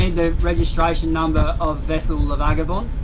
the registration number of vessel la vagabonde?